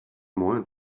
moins